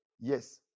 Yes